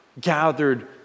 gathered